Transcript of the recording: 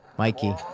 Mikey